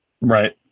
Right